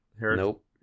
Nope